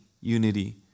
unity